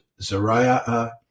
Zariah